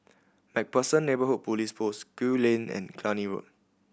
Macpherson Neighbourhood Police Post Gul Lane and Cluny Road